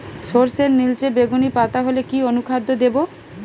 সরর্ষের নিলচে বেগুনি পাতা হলে কি অনুখাদ্য দেবো?